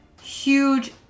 huge